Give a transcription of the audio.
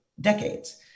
decades